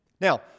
Now